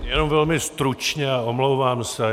Jenom velmi stručně a omlouvám se.